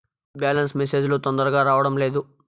Balance message లు తొందరగా రావడం లేదు?